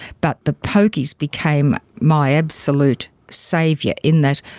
but the pokies became my absolute saviour in that,